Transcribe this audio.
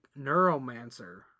neuromancer